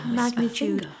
magnitude